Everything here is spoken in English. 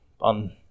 on